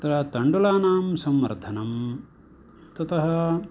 तत्र तण्डुलानां संवर्धनं ततः